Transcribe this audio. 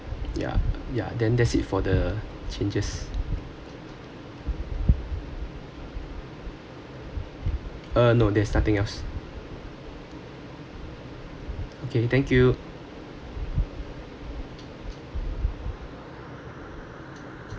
yeah ya then that's it for the changes uh no there's nothing else okay thank you